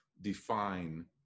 define